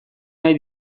nahi